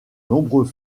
nombreux